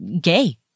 gay